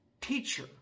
Teacher